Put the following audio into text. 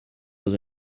was